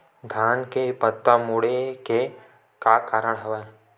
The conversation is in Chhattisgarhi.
धान के पत्ता मुड़े के का कारण हवय?